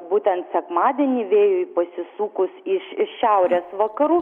būtent sekmadienį vėjui pasisukus iš šiaurės vakarų